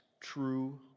true